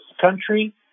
country